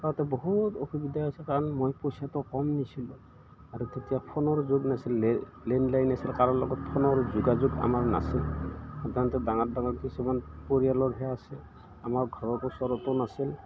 তাতে বহুত অসুবিধা হৈছে কাৰণ মই পইচাটো কম নিছিলোঁ আৰু তেতিয়া ফোনৰ যোগ নাছিল লেণ্ডলাইন নাছিল কাৰোৰ লগত ফোনৰ যোগাযোগ আমাৰ নাছিল সাধাৰণতে ডাঙৰ ডাঙৰ কিছুমান পৰিয়ালৰহে আছিল আমাৰ ঘৰৰ ওচৰতো নাছিল